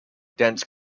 dense